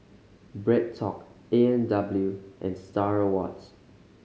BreadTalk A and W and Star Awards